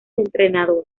entrenador